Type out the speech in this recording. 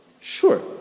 Sure